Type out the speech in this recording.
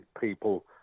people